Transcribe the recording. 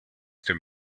dem